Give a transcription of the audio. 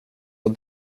och